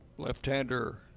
Left-hander